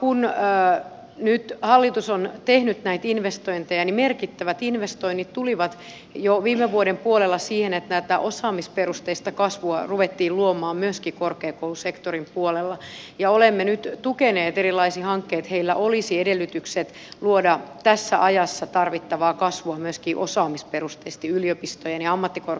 kun nyt hallitus on tehnyt näitä investointeja merkittävät investoinnit tulivat jo viime vuoden puolella siihen että tätä osaamisperusteista kasvua ruvettiin luomaan myöskin korkeakoulusektorin puolella ja olemme nyt tukeneet erilaisia hankkeita että heillä olisi edellytykset luoda tässä ajassa tarvittavaa kasvua myöskin osaamisperusteisesti yliopistojen ja ammattikorkeakoulujen tuella